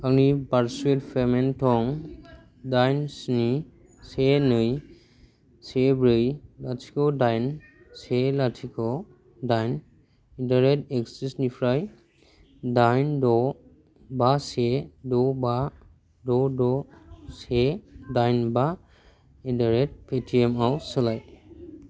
आंनि भारसुएल पेमेन्ट थं दाइन स्नि से नै से ब्रै लाथिख' दाइन से लाथिख' दाइन एड्डारेट एक्सिसनिफ्राय दाइन द बा से द बा द द से दाइन बा एड्डारेट पेटिएमआव सोलाय